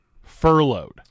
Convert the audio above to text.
Furloughed